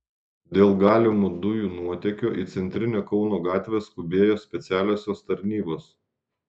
dėl galimo dujų nuotėkio į centrinę kauno gatvę skubėjo specialiosios tarnybos